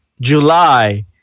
July